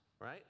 right